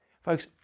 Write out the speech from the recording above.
folks